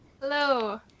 hello